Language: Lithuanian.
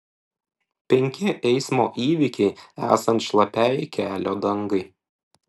penki eismo įvykiai esant šlapiai kelio dangai